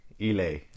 ely